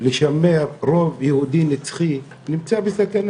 לשמר רוב יהודי נצחי נמצא בסכנה.